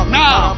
now